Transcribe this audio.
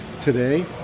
today